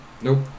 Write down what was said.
Nope